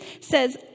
says